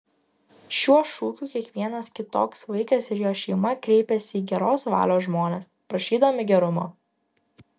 šiuo šūkiu kiekvienas kitoks vaikas ir jo šeima kreipiasi į geros valios žmones prašydami gerumo